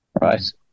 right